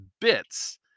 bits